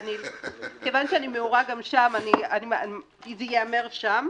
כיוון שאני מעורה גם שם, זה ייאמר שם.